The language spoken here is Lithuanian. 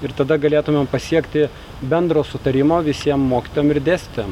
ir tada galėtumėm pasiekti bendro sutarimo visiem mokytojam ir dėstytojam